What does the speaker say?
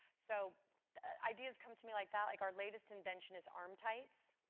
so ideas come to me like that. like our latest invention is arm tights.